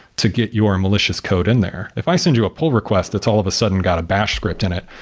to get your malicious code in there if i send you a pull request, that's all of a sudden got a bash script in it,